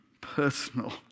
personal